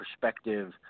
perspective